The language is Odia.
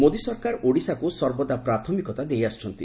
ମୋଦି ସରକାର ଓଡ଼ିଶାକୁ ସର୍ବଦା ପ୍ରାଥମିକତା ଦେଇ ଆସିଛନ୍ତି